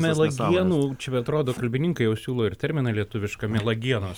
melagienų čia man atrodo kalbininkai jau siūlo ir terminą lietuvišką melagienos